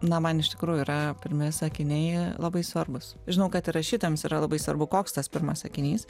na man iš tikrųjų yra pirmi sakiniai labai svarbūs žinau kad ir rašytojams yra labai svarbu koks tas pirmas sakinys